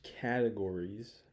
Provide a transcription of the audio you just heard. categories